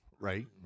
Right